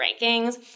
rankings